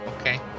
Okay